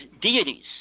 deities